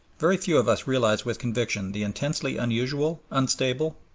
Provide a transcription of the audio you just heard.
very few of us realize with conviction the intensely unusual, unstable,